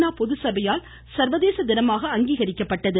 நா பொதுச்சபையால் சர்வதேச தினமாக அங்கீகரிக்கப்பட்டது